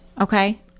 Okay